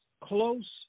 close